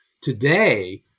today